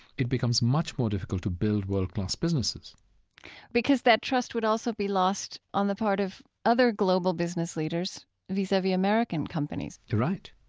it becomes much more difficult to build world-class businesses because that trust would also be lost on the part of other global business leaders vis-a-vis american companies? you're right.